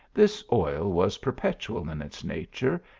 this oil was perpetual in its nature,